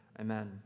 Amen